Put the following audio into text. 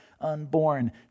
unborn